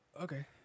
Okay